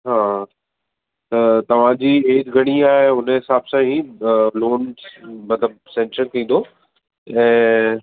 हा त तव्हां जी एज घणी आहे हुन जे हिसाबु सां ही लोन मतलबु सैंक्शन थींदो ऐं